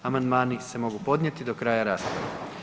Amandmani se mogu podnijeti do kraja rasprave.